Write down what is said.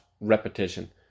repetition